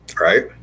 Right